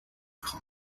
خوام